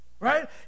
Right